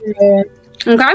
Okay